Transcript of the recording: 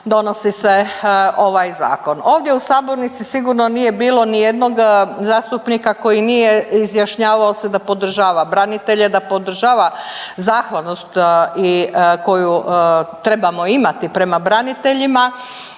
donosi se ovaj zakon. Ovdje u sabornici sigurno nije bilo nijednog zastupnika koji nije izjašnjavao se da podržava branitelja, da podržava zahvalnost koju trebamo imati prema braniteljima,